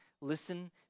Listen